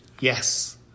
Yes